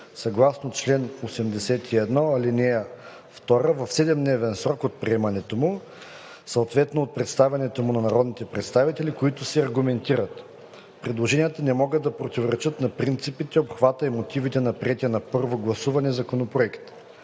съгласно чл. 81, ал. 2 в 7-дневен срок от приемането му, съответно от предоставянето му на народните представители, които се аргументират. Предложенията не могат да противоречат на принципите, обхвата и мотивите на приетия на първо гласуване Законопроект.